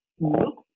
look